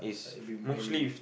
like it been very